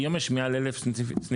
היום יש מעל 1,000 סניפים?